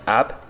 up